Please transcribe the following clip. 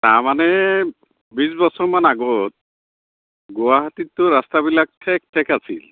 তাৰমানে বিছ বছৰমান আগত গুৱাহাটীতটো ৰাস্তাবিলাক ঠেক ঠেক আছিল